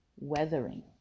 Weathering